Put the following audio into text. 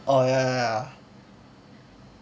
orh ya ya ya